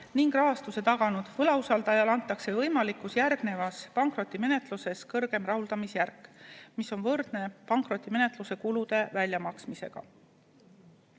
ning rahastuse taganud võlausaldajale antakse võimalikus järgnevas pankrotimenetluses kõrgem rahuldamise järk, mis on võrdne pankrotimenetluse kulude väljamaksmisega.